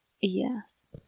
Yes